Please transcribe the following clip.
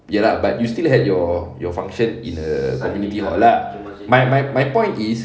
ya lah but you still had your your function in a activity hall ah my my my point is